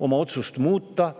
oma otsust muuta.